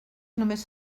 només